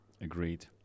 Agreed